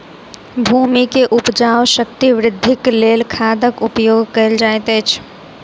भूमि के उपजाऊ शक्ति वृद्धिक लेल खादक उपयोग कयल जाइत अछि